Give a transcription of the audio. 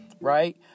right